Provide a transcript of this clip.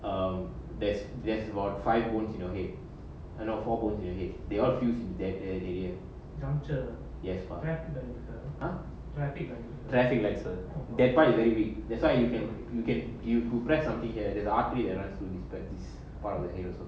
um there's there's about five wounds you know eight a not for both you ahead they all fields that area juncture yes for president are pagan traffic lights that part is very big that's why you can you can you progress of the the artery arasu despite this part of the name also